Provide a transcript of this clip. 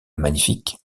magnifique